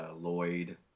Lloyd